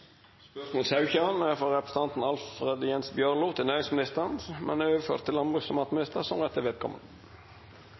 frå representanten Alfred Jens Bjørlo til næringsministeren, er overført til landbruks- og